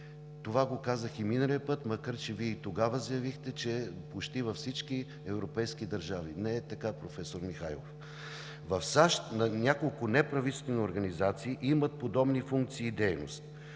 Това го казах и миналия път, макар че Вие и тогава заявихте, че е почти във всички европейски държави. Не е така, професор Михайлов. В САЩ няколко неправителствени организации имат подобни функции и дейности.